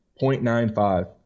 0.95